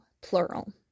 Plural